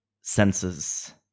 senses